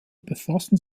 befassen